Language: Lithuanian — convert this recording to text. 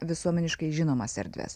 visuomeniškai žinomas erdves